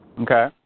Okay